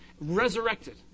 resurrected